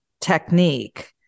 technique